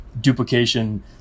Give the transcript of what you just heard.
duplication